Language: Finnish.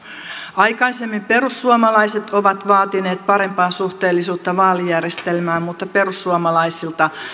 aikaisemmin perussuomalaiset ovat vaatineet parempaa suhteellisuutta vaalijärjestelmään mutta perussuomalaisilta